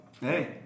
Hey